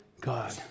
God